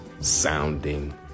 sounding